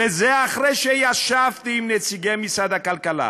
וזה אחרי שישבתי עם נציגי משרד הכלכלה,